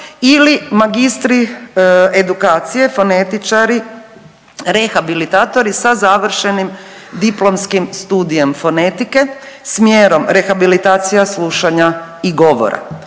ili Magistri edukcije fonetičari, rehabilitatori sa završenim Diplomskim studijem fonetike smjerom Rehabilitacija slušanja i govora.